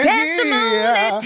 Testimony